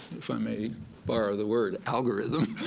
if i may borrow the word, algorithm,